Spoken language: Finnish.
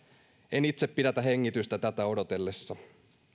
en itse pidätä hengitystä tätä odotellessa